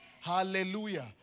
Hallelujah